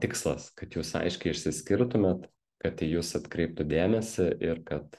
tikslas kad jūs aiškiai išsiskirtumėt kad į jus atkreiptų dėmesį ir kad